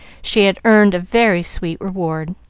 she had earned a very sweet reward.